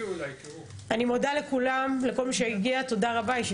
אני מודה לכל מי שהגיע, תודה רבה.